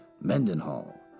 Mendenhall